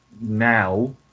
now